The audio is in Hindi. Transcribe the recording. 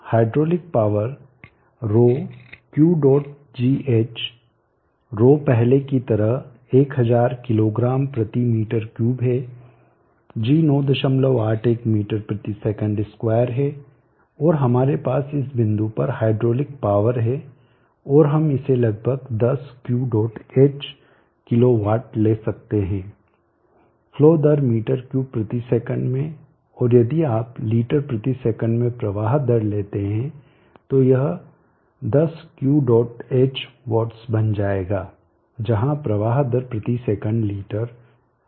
हाइड्रोलिक पावर ρ Qडॉट gH ρ पहले की तरह 1000 kgm3 है g 981 ms2 है और हमारे पास इस बिंदु पर हाइड्रोलिक पावर है और हम इसे लगभग 10 Q dot H kilowatt ले सकते हैं फ्लो दर m3s में और यदि आप लीटर s में प्रवाह दर लेते हैं तो यह 10 Q डॉट H वॉट्स बन जाएगा जहां प्रवाह दर प्रति सेकंड लीटर है